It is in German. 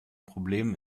problem